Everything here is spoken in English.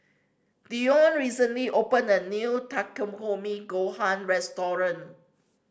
Deion recently opened a new Takikomi Gohan Restaurant